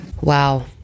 Wow